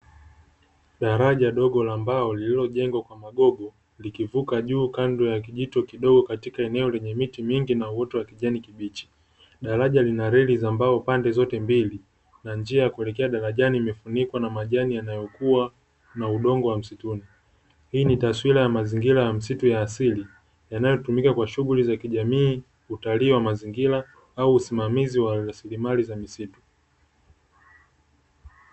Daraja dogo la mbao lililojengwa kwa magogo, likivuka juu kando ya kijito kidogo katika eneo lenye miti mingi na uoto wa kijani kibichi. Daraja lina reli za mbao pande zote mbili, na njia ya kuelekea darajani imefunikwa na majani yanayokuwa na udongo wa msituni. Hii ni taswira ya mazingira ya msitu ya asili, yanayotumika kwa shughuli za kijamii, utalii wa mazingira au usimamizi wa rasilimali za misitu.